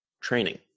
training